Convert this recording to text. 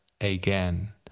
again